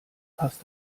passt